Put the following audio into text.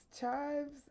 Chives